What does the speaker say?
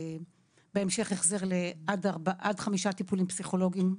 בהמשך החזר לעד חמישה טיפולים פסיכולוגיים,